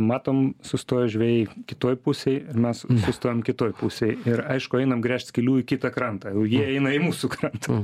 matom sustoję žvejai kitoj pusėj ir mes sustojam kitoj pusėj ir aišku einam gręžt skylių į kitą krantą o jie eina į mūsų krantą